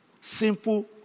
simple